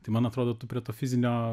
tai man atrodo tu prie to fizinio